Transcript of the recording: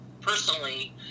personally